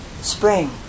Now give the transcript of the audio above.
spring